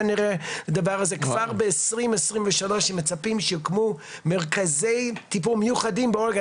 וכבר ב-2023 מצפים שיוקמו מרכזי טיפול מיוחדים באורגון.